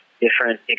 different